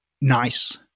nice